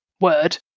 word